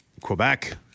Quebec